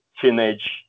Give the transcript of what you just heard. teenage